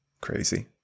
Crazy